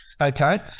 Okay